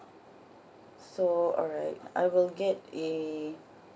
so alright I will get a